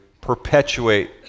perpetuate